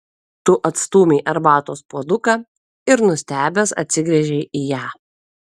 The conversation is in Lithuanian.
tu atstūmei arbatos puoduką ir nustebęs atsigręžei į ją